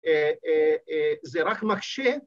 אה אה אה, ‫זה רק מחשב.